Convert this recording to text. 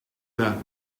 that